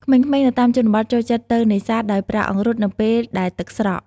ក្មេងៗនៅតាមជនបទចូលចិត្តទៅនេសាទដោយប្រើអង្រុតនៅពេលដែលទឹកស្រក។